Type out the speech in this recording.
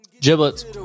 Giblets